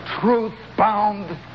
truth-bound